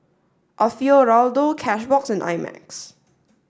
Alfio Raldo Cashbox and I Max